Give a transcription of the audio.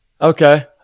Okay